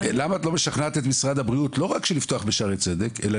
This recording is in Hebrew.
למה את לא משכנעת את משרד הבריאות לא רק לפתוח בשערי צדק אלא